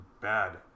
bad